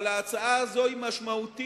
אבל ההצעה הזאת היא משמעותית,